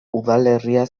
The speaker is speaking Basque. udalerria